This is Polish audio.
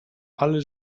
ale